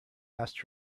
asked